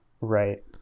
right